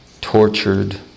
tortured